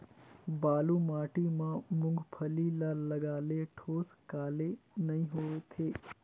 बालू माटी मा मुंगफली ला लगाले ठोस काले नइ होथे?